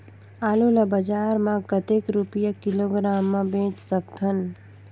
आलू ला बजार मां कतेक रुपिया किलोग्राम म बेच सकथन?